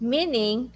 Meaning